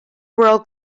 world